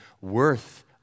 worth